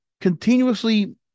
continuously